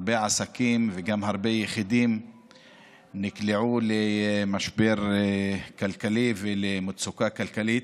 שבה הרבה עסקים וגם הרבה יחידים נקלעו למשבר כלכלי ולמצוקה כלכלית,